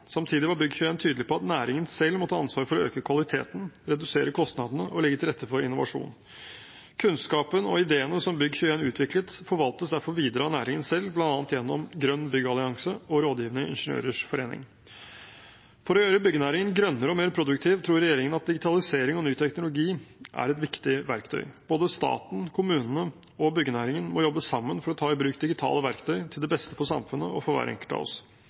Samtidig var Bygg21 tydelig på at næringen selv må ta ansvar for å øke kvaliteten, redusere kostnadene og legge til rette for innovasjon. Kunnskapen og ideene som Bygg21 utviklet, forvaltes derfor videre av næringen selv, bl.a. gjennom Grønn Byggallianse og Rådgivende Ingeniørers Forening. For å gjøre byggenæringen grønnere og mer produktiv tror regjeringen at digitalisering og ny teknologi er et viktig verktøy. Både staten, kommunene og byggenæringen må jobbe sammen for å ta i bruk digitale verktøy til beste for samfunnet og for hver enkelt av oss.